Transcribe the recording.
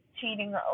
cheating